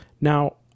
Now